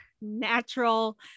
natural